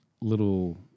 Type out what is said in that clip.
little